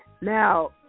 Now